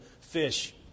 fish